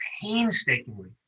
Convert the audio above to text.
painstakingly